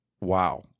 Wow